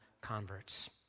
converts